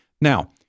Now